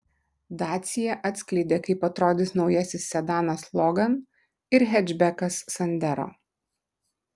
dacia atskleidė kaip atrodys naujasis sedanas logan ir hečbekas sandero